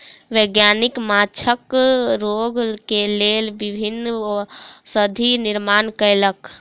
वैज्ञानिक माँछक रोग के लेल विभिन्न औषधि निर्माण कयलक